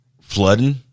flooding